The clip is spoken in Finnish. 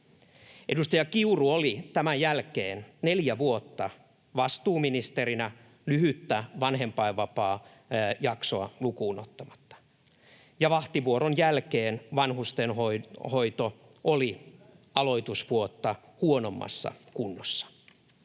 Edustaja Kiuru oli tämän jälkeen neljä vuotta vastuuministerinä lyhyttä vanhempainvapaajaksoa lukuun ottamatta, ja vahtivuoron jälkeen vanhustenhoito oli aloitusvuotta huonommassa kunnossa